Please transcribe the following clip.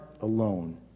alone